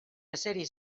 ezeri